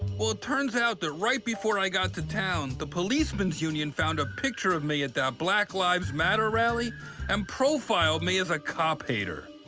well, it turns out that right before i got to town, the policemen's union found a picture of me at that black lives matter rally and profiled me as a cop-hater.